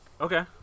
okay